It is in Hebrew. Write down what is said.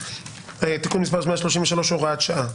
תיקון מספר 133, הוראת שעה.